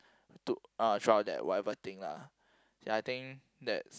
to (uh)throughout that whatever thing lah ya I think that's